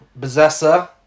Possessor